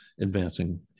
advancing